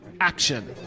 Action